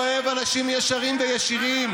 הוא אוהב אנשים ישרים וישירים,